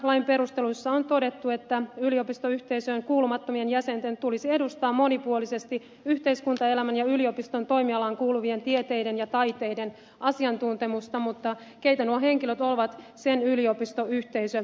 lain perusteluissa on todettu että yliopistoyhteisöön kuulumattomien jäsenten tulisi edustaa monipuolisesti yhteiskuntaelämän ja yliopiston toimialaan kuuluvien tieteiden ja taiteiden asiantuntemusta mutta keitä nuo henkilöt ovat sen yliopistoyhteisö